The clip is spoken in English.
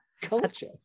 Culture